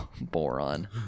boron